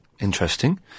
Interesting